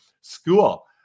school